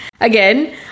Again